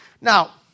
Now